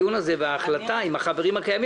כשהעמותה האחרונה היא זו שדיברנו עליה,